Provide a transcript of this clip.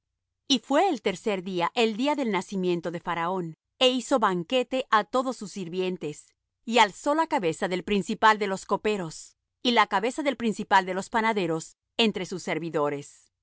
y fué el tercero día el día del nacimiento de faraón é hizo banquete á todos sus sirvientes y alzó la cabeza del principal de los coperos y la cabeza del principal de los panaderos entre sus servidores